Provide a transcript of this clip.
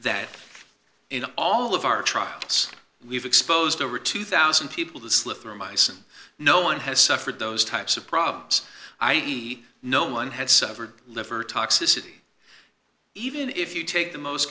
that all of our trials we've exposed over two thousand people do slip through mice and no one has suffered those types of problems i e no one had suffered liver toxicity even if you take the most